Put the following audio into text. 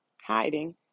hiding